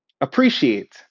Appreciate